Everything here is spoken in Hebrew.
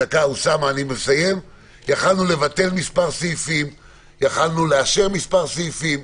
יכולנו לאשר מספר סעיפים.